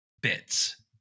bits